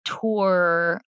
tour